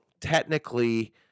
technically